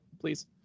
please